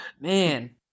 Man